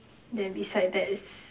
then beside that is